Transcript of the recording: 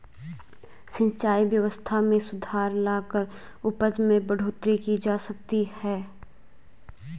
सिंचाई व्यवस्था में सुधार लाकर उपज में बढ़ोतरी की जा सकती है